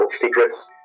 secrets